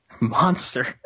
Monster